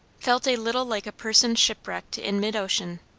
felt a little like a person shipwrecked in mid-ocean.